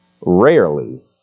Rarely